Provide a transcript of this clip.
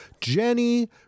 Jenny